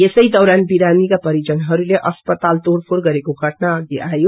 यसै दौरान रिामीकापरिजनहस्ले अस्पताल तोड़फोड़ गरेको घटना अघि आयो